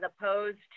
opposed